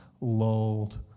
lulled